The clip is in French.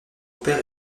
père